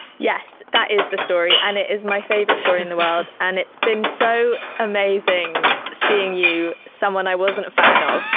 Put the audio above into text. yes, that is the story and it is my favorite story in the world. and it's been so amazing seeing you, someone i wasn't a fan of,